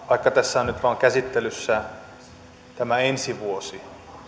vaikka tässä on nyt käsittelyssä vain ensi vuosi